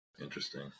Interesting